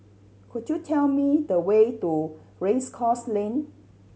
could you tell me the way to Race Course Lane